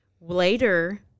Later